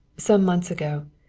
some months ago,